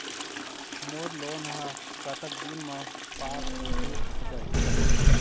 मोर loan हा कतक दिन मा पास होथे जाही?